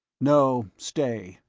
no, stay.